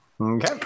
Okay